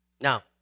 Now